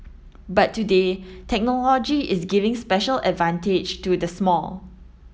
but today technology is giving special advantage to the small